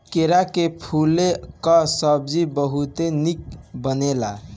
केरा के फूले कअ सब्जी बहुते निक बनेला